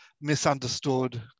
misunderstood